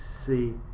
see